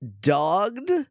Dogged